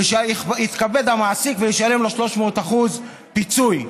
יתכבד המעסיק וישלם לו 300% פיצוי.